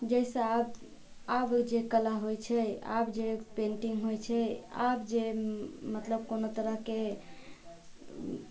जाहिसँ आब आब जे कला होइ छै आब जे पेन्टिंग होइ छै आब जे मतलब कोनो तरहके